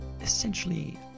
essentially